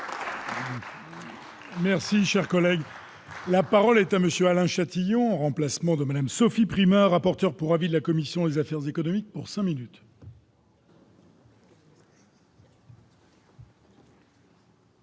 Merci, cher collègue. La parole est à monsieur Alain Châtillon, en remplacement de Madame Sophie Primas, rapporteur pour avis de la commission des affaires économiques pour 5 minutes.